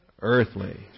Earthly